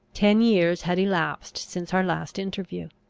ten years had elapsed since our last interview.